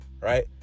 right